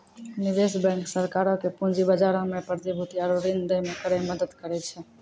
निवेश बैंक सरकारो के पूंजी बजारो मे प्रतिभूति आरु ऋण दै मे करै मदद करै छै